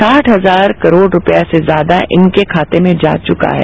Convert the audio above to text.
ॐ हजार करोड़ रुपये से ज्यादा इनके खाते में जा चुका है